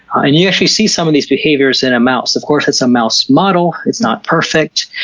and you actually see some of these behaviors in a mouse. of course, it's a mouse model, it's not perfect,